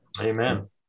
Amen